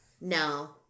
No